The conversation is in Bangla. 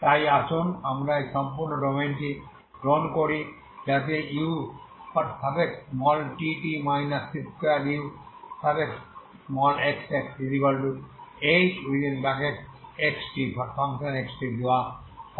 তাই আসুন আমরা এই সম্পূর্ণ ডোমেইনটি গ্রহণ করি যাতে utt c2uxxhxt দেওয়া হয়